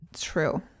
True